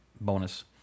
bonus